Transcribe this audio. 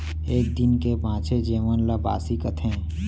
एक दिन के बांचे जेवन ल बासी कथें